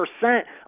percent